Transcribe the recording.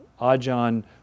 Ajahn